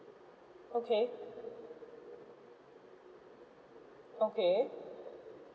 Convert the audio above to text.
okay okay